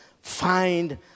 find